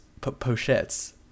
pochettes